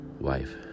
wife